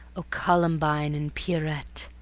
o columbine and pierrette!